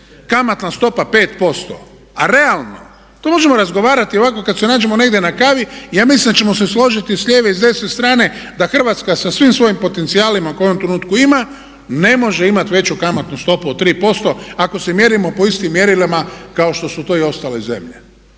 kamatna stopa 5% a realno to možemo razgovarati ovako kad se nađemo negdje na kavi ja mislim da ćemo se složiti s lijeve i s desne strane da Hrvatska sa svim svojim potencijalima koje u ovom trenutku ima ne može imati veću kamatnu stopu od 3% ako se mjerimo po istim mjerilima kao što su to i ostale zemlje.